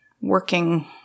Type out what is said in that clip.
working